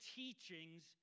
teachings